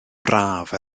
braf